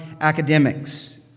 academics